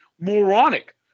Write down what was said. moronic